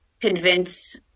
convince